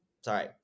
sorry